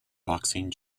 boxing